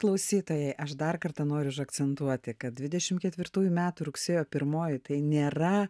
klausytojai aš dar kartą noriu užakcentuoti kad dvidešim ketvirtųjų metų rugsėjo pirmoji tai nėra